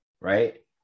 Right